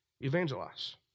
evangelize